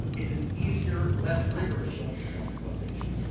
it's an easier, less rigorous showing of loss causation,